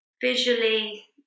visually